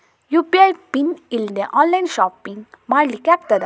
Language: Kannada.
ಯು.ಪಿ.ಐ ಪಿನ್ ಇಲ್ದೆ ಆನ್ಲೈನ್ ಶಾಪಿಂಗ್ ಮಾಡ್ಲಿಕ್ಕೆ ಆಗ್ತದಾ?